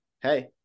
hey